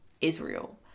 Israel